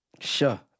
Sure